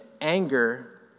anger